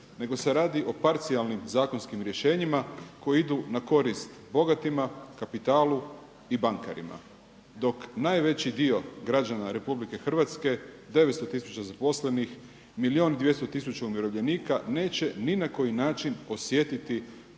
nego se radi o parcijalnim zakonskim rješenjima koji idu na korist bogatima, kapitalu i bankarima, dok najveći dio građana RH 900 tisuća zaposlenih, milijun i 200 tisuća umirovljenika neće ni na koji način osjetiti